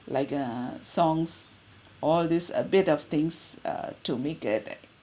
like uh songs all these a bit of things err to make at that